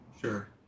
Sure